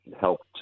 helped